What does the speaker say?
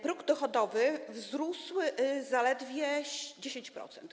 Próg dochodowy wzrósł zaledwie o 10%.